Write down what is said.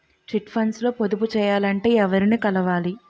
Chit funds లో పొదుపు చేయాలంటే ఎవరిని కలవాలి?